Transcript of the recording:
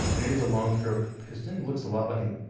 and it is a long stroke piston. looks a lot like an,